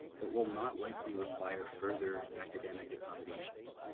but will not likely require further academic accommodations.